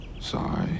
Sorry